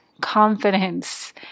confidence